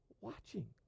watching